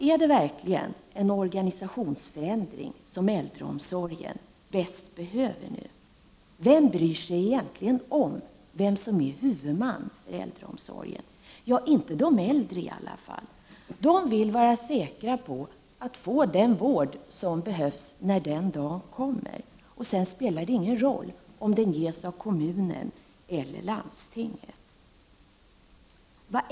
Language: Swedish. Är det verkligen en organisationsförändring som äldreomsorgen nu bäst behöver? Vem bryr sig egentligen om vem som är huvudman för äldreomsorgen? De äldre gör det inte i varje fall. De vill bara vara säkra på att de får den vård som behövs när den dagen kommer, och sedan spelar det ingen roll om den ges av kommunen eller landstinget.